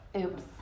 oops